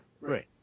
Right